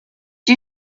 you